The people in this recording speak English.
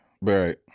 right